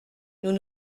nous